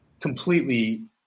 completely